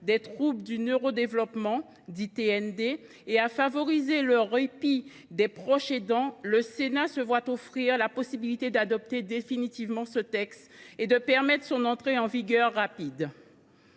des troubles du neurodéveloppement et à favoriser le répit des proches aidants, le Sénat se voit offrir la possibilité d’adopter définitivement ce texte et de contribuer à son entrée en vigueur rapide.